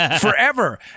forever